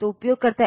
तो यह स्पष्ट है